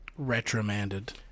Retromanded